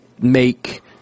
make